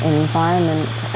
environment